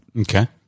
Okay